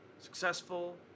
successful